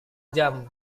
jam